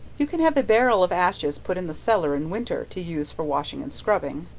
you can have a barrel of ashes put in the cellar in winter to use for washing and scrubbing,